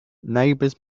neighbors